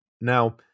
Now